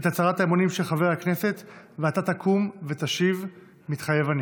את הצהרת האמונים של חבר הכנסת ואתה תקום ותשיב: "מתחייב אני".